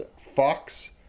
fox